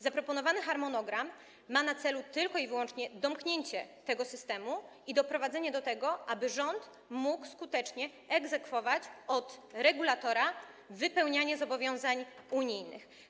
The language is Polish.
Zaproponowany harmonogram ma na celu tylko i wyłącznie domknięcie tego systemu i doprowadzenie do tego, aby rząd mógł skutecznie egzekwować od regulatora wypełnianie zobowiązań unijnych.